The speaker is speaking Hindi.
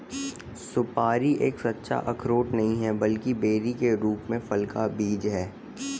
सुपारी एक सच्चा अखरोट नहीं है, बल्कि बेरी के रूप में फल का बीज है